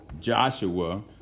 Joshua